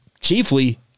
chiefly